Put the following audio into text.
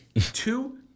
two